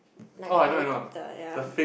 like a helicopter ya